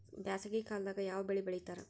ಬ್ಯಾಸಗಿ ಕಾಲದಾಗ ಯಾವ ಬೆಳಿ ಬೆಳಿತಾರ?